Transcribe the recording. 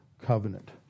covenant